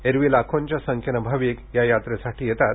एरवी लाखोंच्या संख्येनं भाविक या यात्रेसाठी येतात